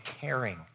caring